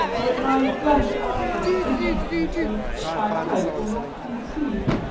but my flesh answered the pinching test, and my eyes were not to be deceived.